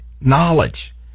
knowledge